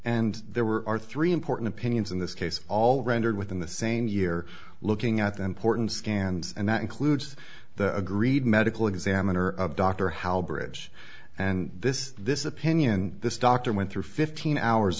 and there were three important pinions in this case all rendered within the same year looking at the important scans and that includes the agreed medical examiner dr how bridge and this this opinion this doctor went through fifteen hours